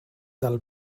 del